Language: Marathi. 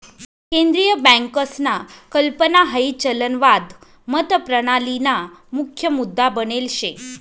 केंद्रीय बँकसना कल्पना हाई चलनवाद मतप्रणालीना मुख्य मुद्दा बनेल शे